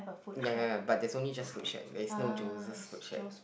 ya ya ya but there is only food shack there is no josher food shack